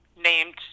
named